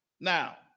Now